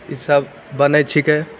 इसब बनै छिकै